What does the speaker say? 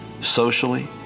socially